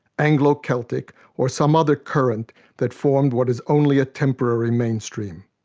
anglo-celtic or some other current that formed what is only a temporary mainstream?